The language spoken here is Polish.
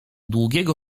długiego